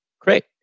great